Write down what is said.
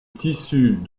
tissus